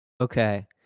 Okay